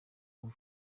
ngufu